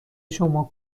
شما